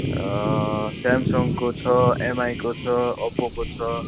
स्यामसङ्गको छ एमआईको छ ओप्पोको छ